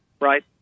right